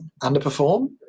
underperform